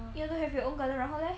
you want to have your own garden 然后 leh